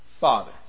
Father